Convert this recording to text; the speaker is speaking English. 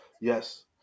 Yes